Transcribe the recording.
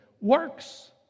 works